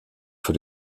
für